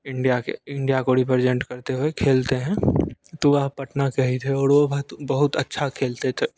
India के India को represent करते हुए खेलते हैं तो वह पटना के ही थे और वो भत बहुत अच्छा खेलते थे